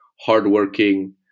hardworking